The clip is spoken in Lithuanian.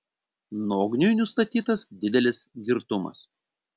nogniui nustatytas didelis girtumas